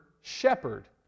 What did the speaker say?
shepherd